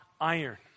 iron